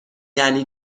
یعنی